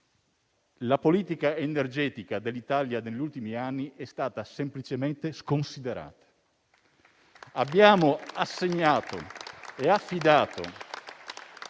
La politica energetica dell'Italia negli ultimi anni è stata semplicemente sconsiderata. Abbiamo assegnato e affidato